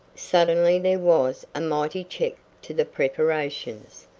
suddenly there was a mighty check to the preparations.